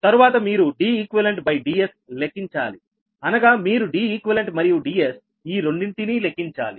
తరువాత మీరు DeqDs లెక్కించాలి అనగా మీరు Deqమరియు Dsఈ రెండింటినీ లెక్కించాలి